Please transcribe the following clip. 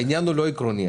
העניין הוא לא עקרוני,